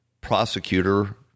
prosecutor